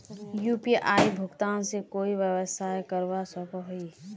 UPI भुगतान से कोई व्यवसाय करवा सकोहो ही?